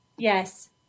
Yes